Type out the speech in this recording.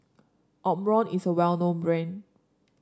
omron is a well known brand